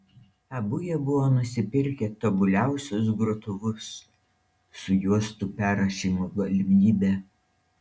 abu jie buvo nusipirkę tobuliausius grotuvus su juostų perrašymo galimybe